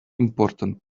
important